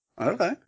Okay